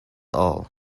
all